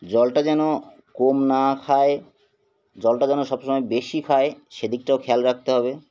জলটা যেন কম না খায় জলটা যেন সব সমময় বেশি খায় সেদিকটাও খেয়াল রাখতে হবে